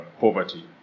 poverty